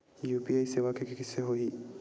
UPI सेवा के कइसे होही?